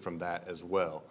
from that as well